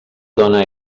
dona